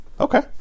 Okay